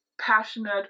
passionate